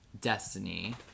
Destiny